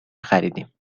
خریدیم